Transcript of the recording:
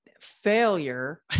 failure